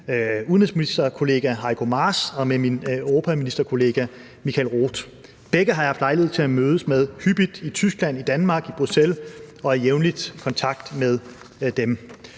udenrigsministerkollega, Heiko Maas, og med min europaministerkollega, Michael Roth. Jeg har haft lejlighed til hyppigt at mødes med begge både i Tyskland, Danmark og Bruxelles, og jeg er i jævnligt kontakt med dem.